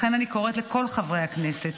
לכן אני קוראת לכל חברי הכנסת,